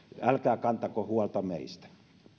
älkää kantako huolta meistä